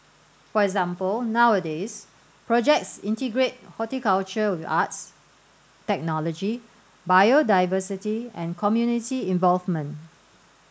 for example nowadays projects integrate horticulture with arts technology biodiversity and community involvement